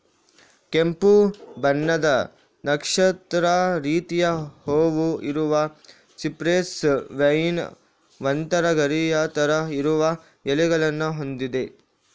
ಕೆಂಪು ಬಣ್ಣದ ನಕ್ಷತ್ರದ ರೀತಿಯ ಹೂವು ಇರುವ ಸಿಪ್ರೆಸ್ ವೈನ್ ಒಂತರ ಗರಿಯ ತರ ಇರುವ ಎಲೆಗಳನ್ನ ಹೊಂದಿದೆ